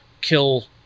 kill